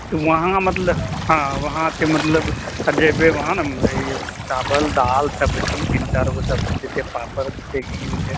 तऽ वहाँ मतलब हँ वहाँ से मतलब जेबै वहाँ ने ई चाबल दाल सब्जी तीन चारि गो सब्जी देतै पापड़ देतै घी देतै